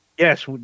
Yes